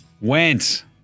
went